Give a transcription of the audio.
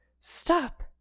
Stop